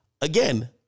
Again